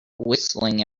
whistling